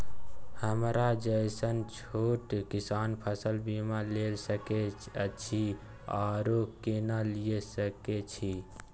हमरा जैसन छोट किसान फसल बीमा ले सके अछि आरो केना लिए सके छी?